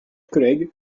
collègues